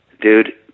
dude